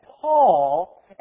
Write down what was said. Paul